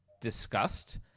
discussed